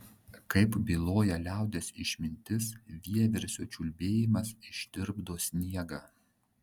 kaip byloja liaudies išmintis vieversio čiulbėjimas ištirpdo sniegą